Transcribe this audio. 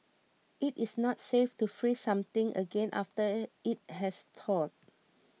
it is not safe to freeze something again after it has thawed